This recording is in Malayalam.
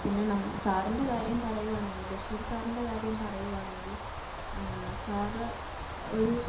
പിന്നെ ന സാറിൻ്റെ കാര്യം പറയുകയാണെങ്കിൽ ബഷീർ സാറിൻ്റെ കാര്യം പറയുകയാണെങ്കിൽ സാർ ഒരു